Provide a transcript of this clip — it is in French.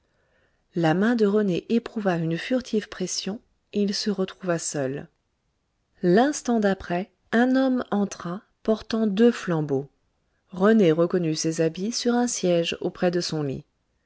la main de rené éprouva une furtive pression et il se retrouva seul l'instant d'après un homme entra portant deux flambeaux rené reconnut ses habits sur un siège auprès de son lit